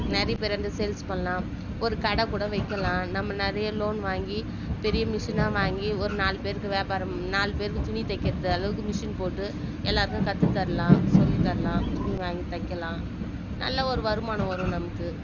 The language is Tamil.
நிறைய பேர் வந்து சேல்ஸ் பண்ணலாம் ஒரு கடை கூட வைக்கலாம் நம்ம நிறைய லோன் வாங்கி பெரிய மிஷினாக வாங்கி ஒரு நாலு பேருக்கு வியாபாரம் நாலு பேருக்கு துணி தைக்கிறது அளவுக்கு மிஷின் போட்டு எல்லாேருக்கும் கற்று தரலாம் சொல்லி தரலாம் துணி வாங்கி தைக்கலாம் நல்ல ஒரு வருமானம் வரும் நமக்கு